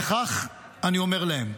וכך אני אומר להם: